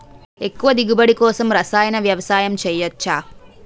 ఎక్కువ దిగుబడి కోసం రసాయన వ్యవసాయం చేయచ్చ?